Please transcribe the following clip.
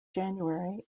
january